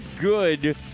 good